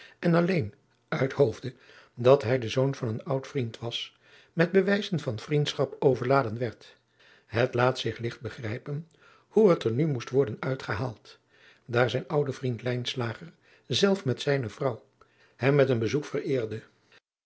en alleen uit hoofde dat hij de zoon van een oud vriend was met bewijzen van vriendschap overladen werd het laat zich ligt begrijpen hoe er nu moest worden uitgehaald daar zijn oude vriend lijnslager zelf met zijne vrouw hem met een bezoek vareerde